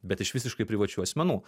bet iš visiškai privačių asmenų